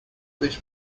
this